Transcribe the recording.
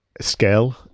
scale